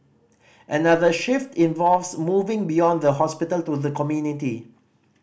another shift involves moving beyond the hospital to the community